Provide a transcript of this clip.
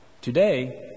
Today